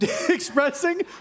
expressing